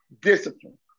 discipline